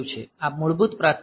આ મૂળભૂત પ્રાથમિકતા છે